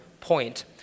point